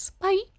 bye